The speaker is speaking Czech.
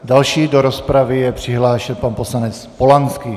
Další do rozpravy je přihlášen pan poslanec Polanský.